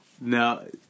No